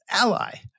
Ally